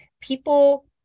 people